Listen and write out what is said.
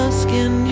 skin